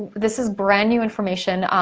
this is brand new information.